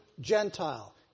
Gentile